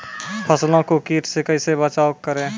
फसलों को कीट से कैसे बचाव करें?